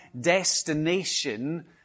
destination